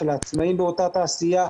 של העצמאיים באותה תעשייה,